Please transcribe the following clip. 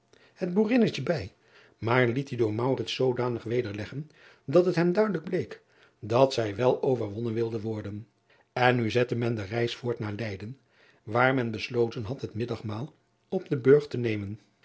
het boerinnetje bij maar liet die door zoodanig wederleggen dat het hem duidelijk bleek dat zij wel overwonnen wilde worden n nu zette men de reis voort naar eyden waar men besloten had het middagmaal op den urgt te nemen